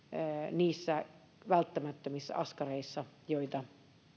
niissä välttämättömissä askareissa joita